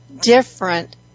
different